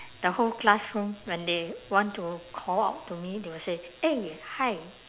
the whole classroom when they want to call out to me they will say eh hi